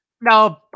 No